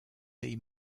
see